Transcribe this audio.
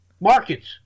markets